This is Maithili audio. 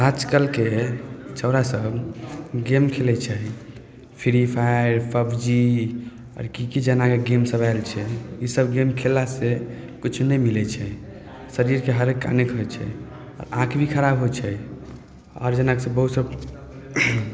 आजकलके छोरा सभ गेम खेलै छै फ्री फायर पब्जी आओर की की जेना कि गेम सभ आयल छै इसभ गेम खेलला से किछु नहि मिलै छै शरीरके हानिकारक होइ छै आँखि भी खराब होइ छै आओर जेना कि से बहुत सभ